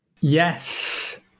Yes